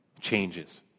changes